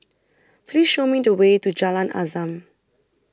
Please Show Me The Way to Jalan Azam